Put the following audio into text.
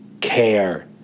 care